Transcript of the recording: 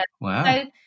Wow